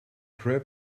crab